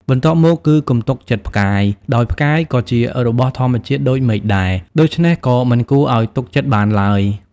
បន្ទាប់មកគឺ កុំទុកចិត្តផ្កាយ ដោយផ្កាយក៏ជារបស់ធម្មជាតិដូចមេឃដែរ ដូច្នេះក៏មិនគួរឲ្យទុកចិត្តបានឡើយ ។